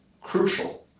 crucial